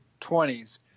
20s